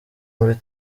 muri